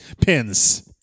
pins